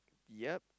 yup